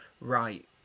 right